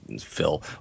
Phil